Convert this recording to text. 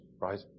right